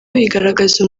igaragaza